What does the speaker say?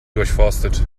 durchforstet